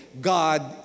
God